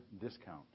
discount